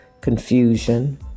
confusion